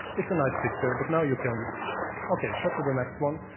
it's a nice picture, but now you can cut to the next one.